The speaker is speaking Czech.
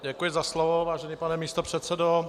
Děkuji za slovo, vážený pane místopředsedo.